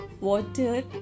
water